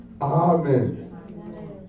Amen